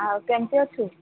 ଆଉ କେମିତି ଅଛୁ